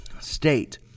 state